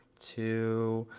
two,